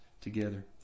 together